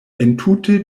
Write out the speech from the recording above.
entute